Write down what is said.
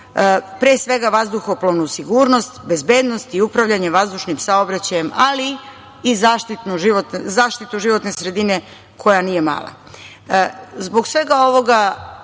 pre svega vazduhoplovnu sigurnost, bezbednost i upravljanjem vazdušnim saobraćajem, ali i zaštitu životne sredine koja nije mala. Zbog svega ovoga,